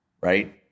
Right